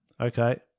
Okay